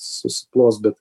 susiplos bet